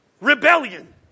rebellion